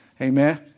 Amen